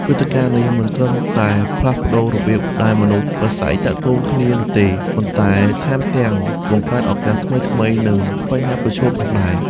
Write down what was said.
វេទិកានេះមិនត្រឹមតែផ្លាស់ប្តូររបៀបដែលមនុស្សប្រាស្រ័យទាក់ទងគ្នានោះទេ ប៉ុន្តែថែមទាំងបង្កើតឱកាសថ្មីៗ និងបញ្ហាប្រឈមផងដែរ។